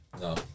No